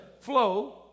flow